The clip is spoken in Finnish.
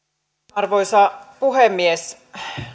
arvoisa puhemies